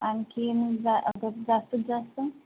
आणखी जा जास्तीत जास्त